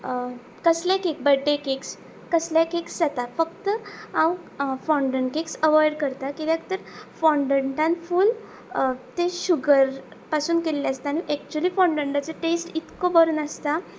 कसले cake birthday cakes कसले cakes जाता फक्त हांव फोंडनकेक्स अवॉयड करता कित्याक तर फोंडान फूल ते शुगर पासून केल्ले आसता आनी एक्चुली फोंडंटाचो टेस्ट इतको बरो नासता